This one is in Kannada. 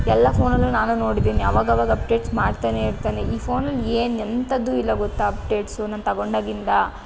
ಎಲ್ಲ ಫೋನಲ್ಲೂ ನಾನೂ ನೋಡಿದ್ದೀನಿ ಆವಾಗವಾಗ ಅಪ್ಡೇಟ್ಸ್ ಮಾಡ್ತಾನೆ ಇರ್ತಾನೆ ಈ ಫೋನಲ್ಲಿ ಏನು ಎಂಥದ್ದೂ ಇಲ್ಲ ಗೊತ್ತಾ ಅಪ್ಡೇಟ್ಸು ನಾನು ತೊಗೊಂಡಾಗಿಂದ